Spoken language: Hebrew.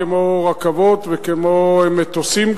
כמו רכבות וגם כמו מטוסים,